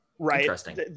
Right